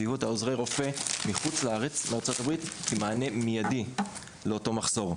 וזיהו את עוזרי הרופא מארצות-הברית כמענה מידי לאותו מחסור.